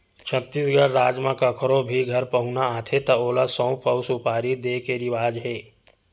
छत्तीसगढ़ राज म कखरो भी घर पहुना आथे त ओला सउफ अउ सुपारी दे के रिवाज हे